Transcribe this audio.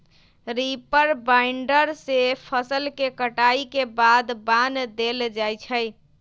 reaper binder से फसल के कटाई के बाद बान देल जाई छई